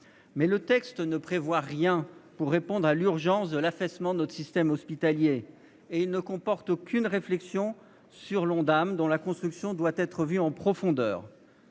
Mais le texte ne prévoit rien pour répondre à l'urgence de l'affaissement de notre système hospitalier. Il ne comporte aucune réflexion sur l'Ondam, dont la construction doit être revue en profondeur.